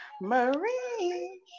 marie